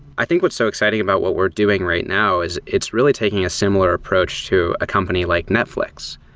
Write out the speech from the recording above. i think what's so exciting about what we're doing right now is it's really taking a similar approach to a company like netflix.